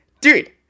dude